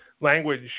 Language